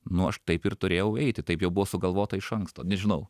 nu aš taip ir turėjau eiti taip jau buvo sugalvota iš anksto nežinau